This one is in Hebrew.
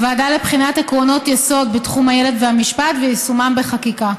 הוועדה לבחינת עקרונות יסוד בתחום הילד והמשפט ויישומם בחקיקה.